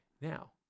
now